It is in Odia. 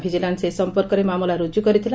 ଭିଜିଲାନ୍ପ ଏ ସଂପର୍କରେ ମାମଲା ରୁଜୁ କରିଥିଲା